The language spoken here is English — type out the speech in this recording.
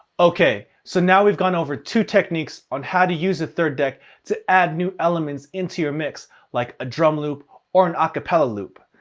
okay. so now we've gone over two techniques on how to use a third deck to add new elements into your mix like a drum loop or an acapella loop.